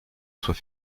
soit